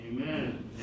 Amen